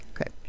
Okay